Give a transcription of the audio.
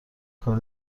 کار